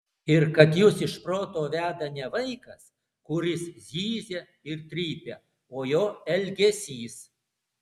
ir kad jus iš proto veda ne vaikas kuris zyzia ir trypia o jo elgesys